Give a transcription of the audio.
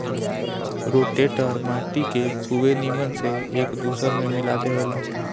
rotator माटी के खुबे नीमन से एक दूसर में मिला देवेला